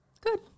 Good